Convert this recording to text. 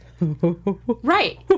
Right